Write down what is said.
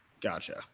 Gotcha